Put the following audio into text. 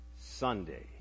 Sunday